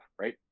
right